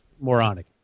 moronic